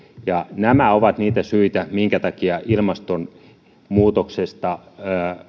ja nämä ovat niitä syitä minkä takia ilmastonmuutoksesta